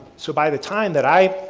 so, by the time that i